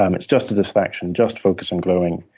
um it's just a distraction. just focus on growing,